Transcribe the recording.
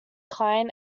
klein